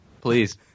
Please